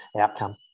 outcome